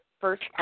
first